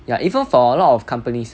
ya even for a lot of companies